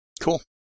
Cool